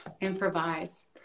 improvise